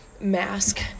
mask